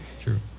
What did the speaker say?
True